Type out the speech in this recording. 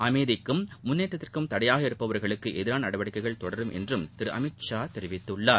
அமைதிக்கும் முன்னேற்றத்திற்கும் தடையாக இருப்பவர்களுக்கு எதிரான நடவடிக்கைகள் தொடரும் என்றும் திரு அமித் ஷா தெரிவித்துள்ளார்